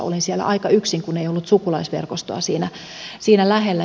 olin siellä aika yksin kun ei ollut sukulaisverkostoa siinä lähellä